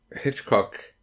Hitchcock